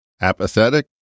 Apathetic